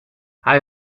hij